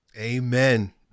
Amen